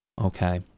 okay